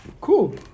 cool